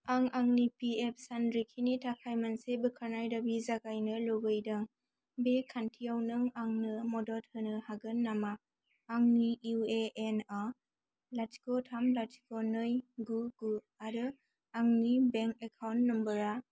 आं आंनि पिएफ सानरिखिनि थाखाय मोनसे बोखारनाय दाबि जागायनो लुबैदों बे खान्थियाव नों आंनो मदद होनो हागोन नामा आंनि इउएएनआ लाथिख' थाम लाथिख' नै गु गु आरो आंनि बेंक एकाउन्ट नम्बरआ